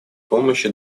помощи